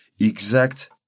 exact